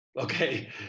okay